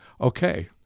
okay